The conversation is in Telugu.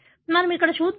మనం ఇక్కడ చూద్దాం